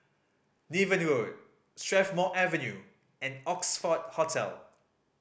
Niven Road Strathmore Avenue and Oxford Hotel